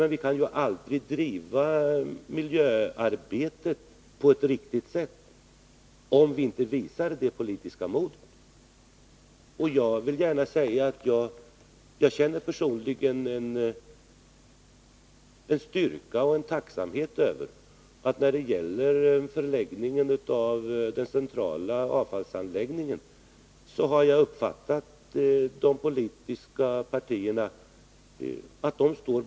Vi kan aldrig driva miljöarbetet på ett riktigt sätt, om vi inte visar det politiska modet. Jag vill gärna säga att jag personligen känner en styrka i och tacksamhet över att de politiska partierna, som jag uppfattar det, står bakom beslutet om förläggningen av den centrala avfallsanläggningen.